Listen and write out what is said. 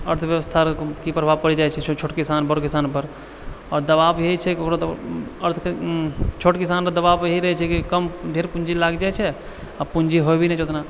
अर्थव्यवस्था के प्रभाव पड़ि जाइ छै छोट किसान बड़ किसानपर आओर दबाब इएह छै कि छोट किसानके दबाब इएह रहै छै कि कम ढेर पूँजी लागि जाइ छै आओर पूँजी हेबे करत केतना